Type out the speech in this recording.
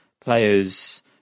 players